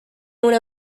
una